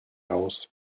aus